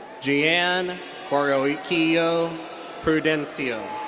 gianne barroquillo prudencio.